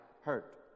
hurt